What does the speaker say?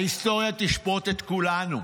ההיסטוריה תשפוט את כולנו,